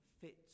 fit